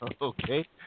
Okay